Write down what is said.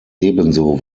ebenso